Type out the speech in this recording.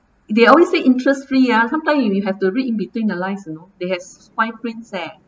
they always say interest free ah sometime you have to read in between the lines you know they have fine prints leh